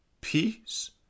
peace